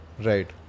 Right